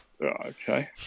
Okay